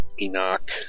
Enoch